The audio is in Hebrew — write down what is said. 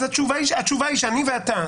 אז התשובה היא שאני ואתה,